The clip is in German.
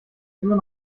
immer